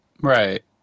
right